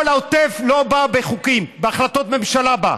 כל העוטף לא בא בחוקים, בהחלטות ממשלה בא,